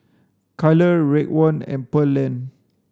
Kyler Raekwon and Pearlene